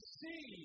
see